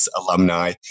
alumni